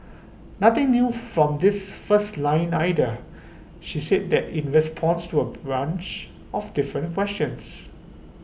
nothing new from this first line either she's said that in response to A brunch of different questions